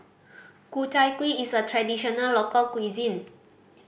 Ku Chai Kuih is a traditional local cuisine